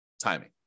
timing